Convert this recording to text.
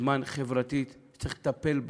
זמן חברתית שצריך לטפל בה.